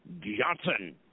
Johnson